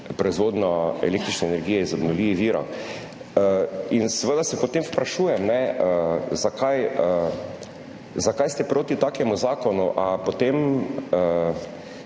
proizvodnjo električne energije iz obnovljivih virov in seveda se potem sprašujem, zakaj ste proti takemu zakonu. A potem